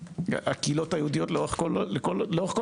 הקהילות היהודיות לאורך כל השנים,